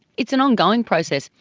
it's an ongoing process.